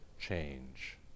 change